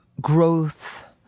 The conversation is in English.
growth